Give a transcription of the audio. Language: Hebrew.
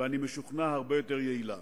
ואני משוכנע, הרבה יותר יעילה.